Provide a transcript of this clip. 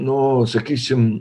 nu sakysim